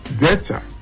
better